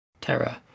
terror